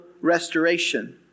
restoration